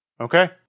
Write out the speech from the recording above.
Okay